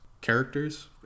characters